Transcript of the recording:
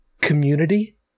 community